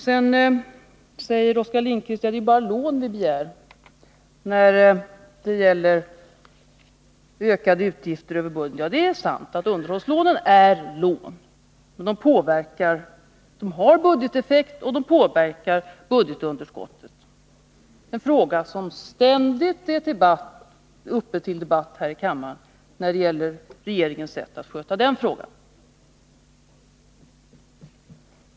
Vidare säger Oskar Lindkvist att det bara är lån vi begär när det gäller ökade utgifter över budgeten. Det är sant att underhållslånen är just lån, men de har budgeteffekt, och de påverkar budgetunderskottet. Regeringens sätt att sköta den här frågan är något som ständigt är uppe till debatt här i kammaren.